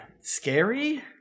scary